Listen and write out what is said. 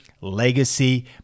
legacy